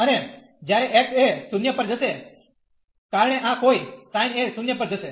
અને જ્યારે x એ 0 પર જશે કારણે આ કોઈ sin એ 0 પર જશે